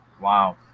Wow